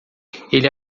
ele